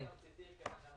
תודה רבה, כבוד היושב-ראש.